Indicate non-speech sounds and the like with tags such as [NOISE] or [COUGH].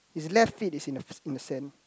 his left feet is in [NOISE] in the sand